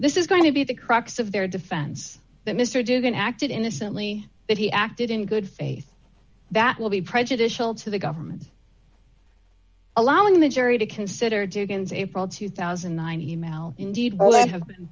this is going to be the crux of their defense that mister didden acted innocently that he acted in good faith that will be prejudicial to the government allowing the jury to consider diggins april two thousand and nine he may indeed well that have been